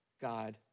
God